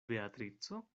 beatrico